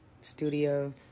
studio